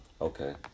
Okay